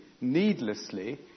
needlessly